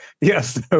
yes